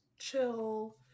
chill